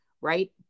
Right